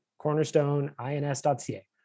Cornerstoneins.ca